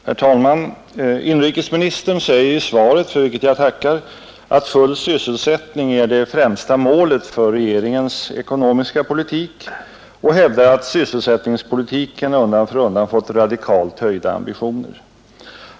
Herr talman! Inrikesministern säger i svaret, för vilket jag tackar, att full sysselsättning är det främsta målet för regeringens ekonomiska politik. Han hävdar vidare att sysselsättningspolitiken undan för undan fått radikalt höjda ambitioner.